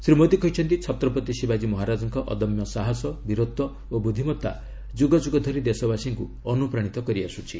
ଶ୍ରୀ ମୋଦୀ କହିଛନ୍ତି ଛତ୍ରପତି ଶିବାଜୀ ମହାରାଜଙ୍କ ଅଦମ୍ୟ ସାହସ ବୀରତ୍ୱ ଓ ବୁଦ୍ଧିମତ୍ତା ଯୁଗଯୁଗ ଧରି ଦେଶବାସୀଙ୍କୁ ଅନୁପାଣୀତ କରିଆସ୍କୁଛି